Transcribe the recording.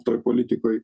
toj politikoj